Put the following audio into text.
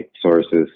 sources